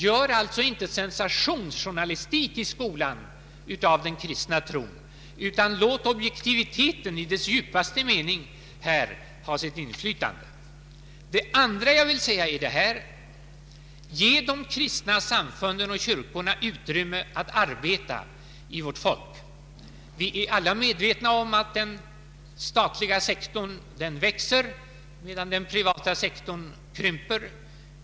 Gör alltså inte i skolan sensationsjournalistik av den kristna tron, utan låt objektiviteten i dess djupaste mening ha sitt inflytande! Det andra jag vill säga är: Ge de kristna samfunden och kyrkorna utrymme att arbeta! Vi är alla medvetna om att den statliga sektorn växer medan den privata sektorn krymper.